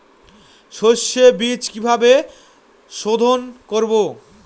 সর্ষে বিজ কিভাবে সোধোন করব?